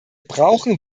brauchen